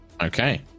Okay